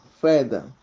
further